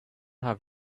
have